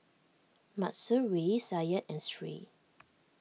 Mahsuri Syed and Sri